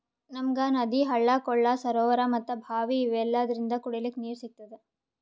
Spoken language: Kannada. ನಮ್ಗ್ ನದಿ ಹಳ್ಳ ಕೊಳ್ಳ ಸರೋವರಾ ಮತ್ತ್ ಭಾವಿ ಇವೆಲ್ಲದ್ರಿಂದ್ ಕುಡಿಲಿಕ್ಕ್ ನೀರ್ ಸಿಗ್ತದ